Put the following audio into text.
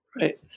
Right